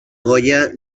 goya